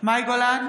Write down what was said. מאי גולן,